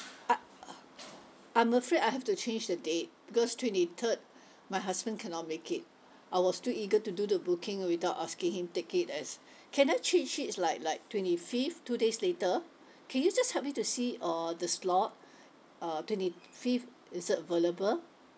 a~ uh I'm afraid I have to change the date because twenty third my husband cannot make it I was too eager to do the booking without asking him take it as can I change it like like twenty fifth two days later can you just help me to see uh the slot uh twenty fifth is it available